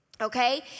okay